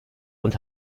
und